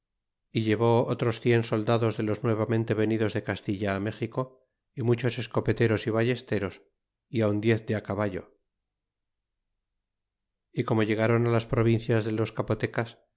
y llevó otros cien soldados de los nuevamente venidos de castilla méxico y muchos escopeteros y ballesteros y aun diez de acaballo y como ilegáron las provincias de los capotecas